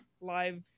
live